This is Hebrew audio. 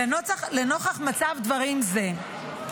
"לנוכח מצב דברים זה,